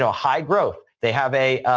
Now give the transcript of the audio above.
ah high growth. they have a